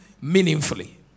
meaningfully